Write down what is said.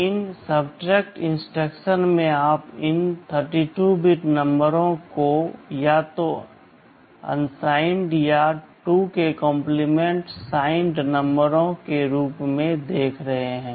और इन subtract instruction में आप इन 32 बिट नंबरों को या तो अनसाइंड या 2 के कॉम्प्लीमेंट साइंड नंबरों के रूप में देख रहे हैं